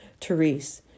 Therese